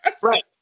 Right